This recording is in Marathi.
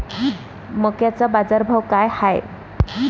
मक्याचा बाजारभाव काय हाय?